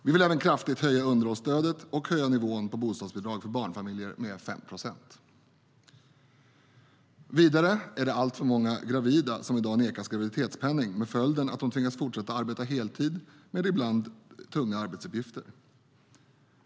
Vi vill även kraftigt höja underhållsstödet och höja nivån på bostadsbidraget för barnfamiljer med 5 procent. Vidare är det alltför många gravida som i dag nekas graviditetspenning med följden att de tvingas fortsätta att arbeta heltid med ibland tunga arbetsuppgifter.